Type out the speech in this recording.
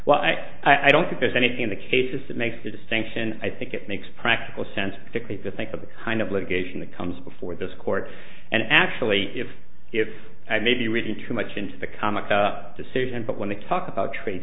well i i don't think there's anything in the cases that makes the distinction i think it makes practical sense because think of the kind of litigation that comes before this court and actually if if i may be reading too much into the comic the decision but when they talk about trade